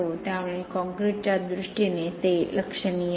त्यामुळे काँक्रीटच्याच दृष्टीने ते लक्षणीय आहे